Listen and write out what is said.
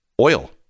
oil